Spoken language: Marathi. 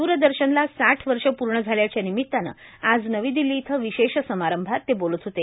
द्रदर्शनला साठ वर्ष पूर्ण झाल्याच्या निमितानं आज नवी दिल्ली इथं विशेष समारंभात ते बोलत होते